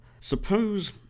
Suppose